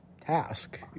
task